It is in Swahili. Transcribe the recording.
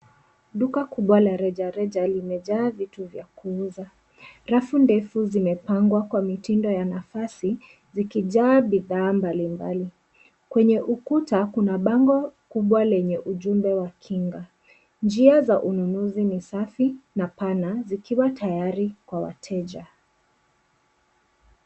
Duka kubwa la rejareja limejaa vitu vya kuuza. Rafu ndefu zimepangwa kwa mitindo ya nafasi zikijaa bidhaa mbalimbali. Kwenye ukuta, kuna bango kubwa lenye ujumbe wa kinga. Njia za ununuzi ni safi na pana zikiwa tayari kwa wateja.